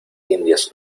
indias